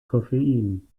koffein